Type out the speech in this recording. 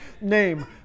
Name